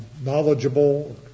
knowledgeable